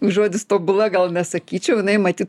žodis tobula gal nesakyčiau jinai matyt